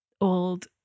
old